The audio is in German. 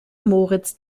moritz